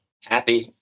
Happy